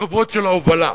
החובות של ההובלה.